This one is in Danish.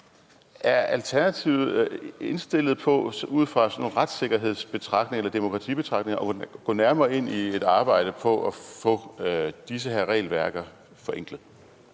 Er Alternativet indstillet på ud fra sådan nogle retssikkerheds- eller demokratimæssige betragtninger at gå nærmere ind i et arbejde på at få de her regelværker forenklet?